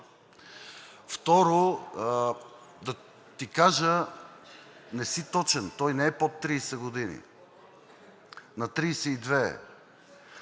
Второ, да ти кажа не си точен – той не е под 30 години. На 32 е.